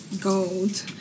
gold